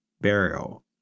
burial